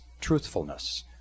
truthfulness